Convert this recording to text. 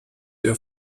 der